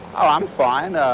oh i'm fine. ah